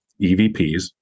evps